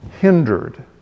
hindered